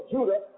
Judah